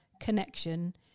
connection